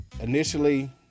Initially